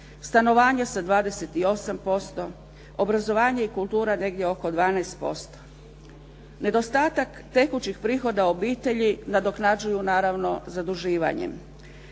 stanovanje sa 28%, obrazovanje i kultura negdje oko 12%. Nedostatak tekućih prihoda obitelji nadoknađuju naravno zaduživanjem.